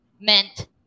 meant